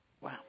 Wow